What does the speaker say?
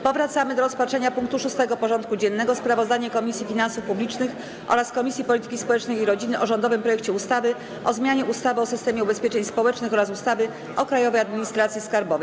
Powracamy do rozpatrzenia punktu 6. porządku dziennego: Sprawozdanie Komisji Finansów Publicznych oraz Komisji Polityki Społecznej i Rodziny o rządowym projekcie ustawy o zmianie ustawy o systemie ubezpieczeń społecznych oraz ustawy o Krajowej Administracji Skarbowej.